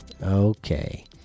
okay